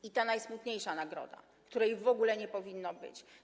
I ta najsmutniejsza nagroda, której w ogóle nie powinno być.